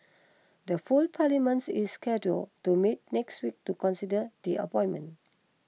the full parliaments is scheduled to meet next week to consider the appointment